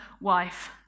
wife